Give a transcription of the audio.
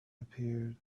appeared